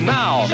now